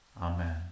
Amen